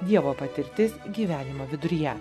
dievo patirtis gyvenimo viduryje